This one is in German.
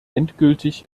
endgültig